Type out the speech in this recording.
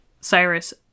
Cyrus